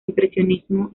impresionismo